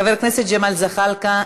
חבר הכנסת ג'מאל זחאלקה,